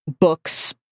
books